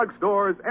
drugstores